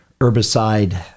herbicide